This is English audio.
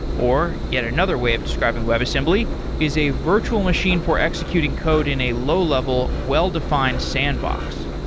or yet another way of describing webassembly is a virtual machine for executing code in a low-level, well-defined sandbox.